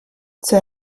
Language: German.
zur